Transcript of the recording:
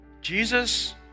Jesus